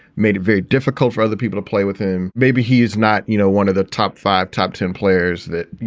made it very difficult for other people to play with him maybe he's not, you know, one of the top five top ten players that, you